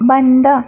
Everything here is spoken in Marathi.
बंद